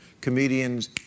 comedians